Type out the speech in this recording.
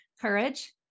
courage